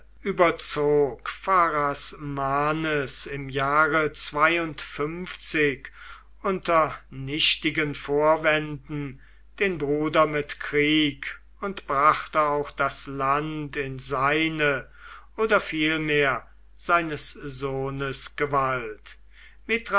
überzog pharasmanes im jahre unter nichtigen vorwänden den bruder mit krieg und brachte auch das land in seine oder vielmehr seines sohnes